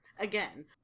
Again